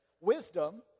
wisdom